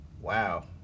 Wow